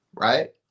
Right